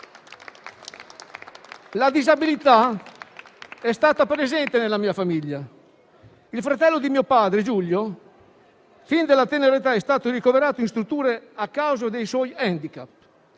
La disabilità è stata presente nella mia famiglia: il fratello di mio padre Giulio fin dalla tenera età è stato ricoverato in strutture a causa dei suoi handicap;